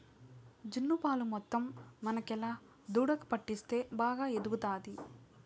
జున్ను పాలు మొత్తం మనకేలా దూడకు పట్టిస్తే బాగా ఎదుగుతాది